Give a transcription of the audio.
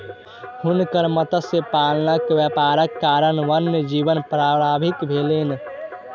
हुनकर मत्स्य पालनक व्यापारक कारणेँ वन्य जीवन प्रभावित भेलैन